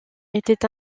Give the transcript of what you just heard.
était